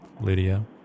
Lydia